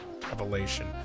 revelation